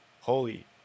holy